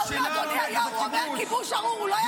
אדוני היו"ר, הוא לא יגיד "כיבוש ארור".